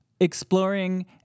exploring